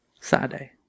saturday